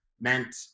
meant